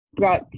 got